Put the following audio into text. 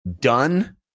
done